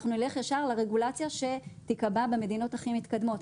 אנחנו נלך ישר לרגולציה שתיקבע במדינות הכי מתקדמות.